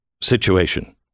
situation